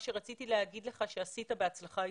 שרציתי להגיד לך שעשית בהצלחה אתמול.